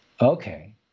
okay